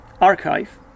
archive